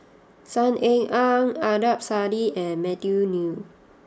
Saw Ean Ang Adnan Saidi and Matthew Ngui